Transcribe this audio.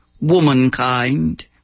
womankind